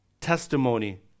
testimony